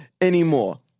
anymore